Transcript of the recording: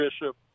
Bishop